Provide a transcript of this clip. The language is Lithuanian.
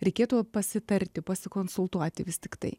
reikėtų pasitarti pasikonsultuoti vis tiktai